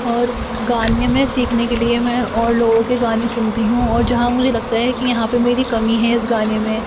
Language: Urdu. اور گانے میں سیکھنے کے لیے میں اور لوگوں کے گانے سنتی ہوں اور جہاں مجھے لگتا ہے کہ یہاں پہ میری کمی ہے اس گانے میں